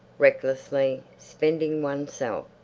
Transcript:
recklessly, spending oneself.